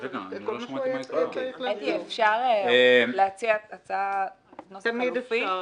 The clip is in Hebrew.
אפשר להציע נוסח חילופי?